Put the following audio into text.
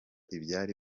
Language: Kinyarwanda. ibyari